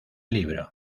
libro